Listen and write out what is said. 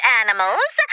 animals